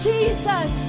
Jesus